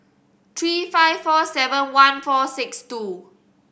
three five four seven one four six two